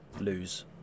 lose